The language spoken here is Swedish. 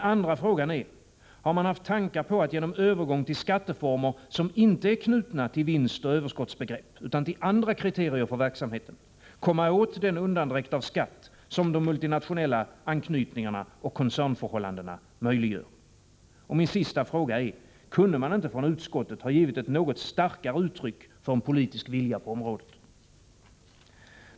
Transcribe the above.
Den andra frågan är: Har man haft tankar på att genom övergång till skatteformer, som inte är knutna till vinstoch överskottsbegrepp utan till andra kriterier för verksamheten, komma åt den undandräkt av skatt som de multinationella anknytningarna och koncernförhållandena möjliggör? Och min sista fråga: Kunde man inte från utskottet ha givit ett något starkare uttryck för en politisk vilja på området?